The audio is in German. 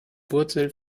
wurzel